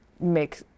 make